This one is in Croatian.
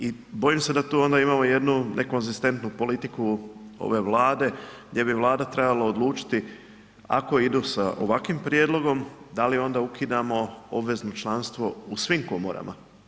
I bojim se da tu onda imamo jednu nekonzistentnu politiku ove Vlade gdje bi Vlada trebala odlučiti ako idu sa ovakvim prijedlogom, da li onda ukidamo obvezno članstvo u svim komorama?